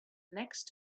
next